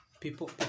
people